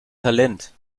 talent